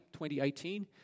2018